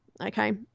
Okay